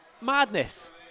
Madness